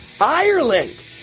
Ireland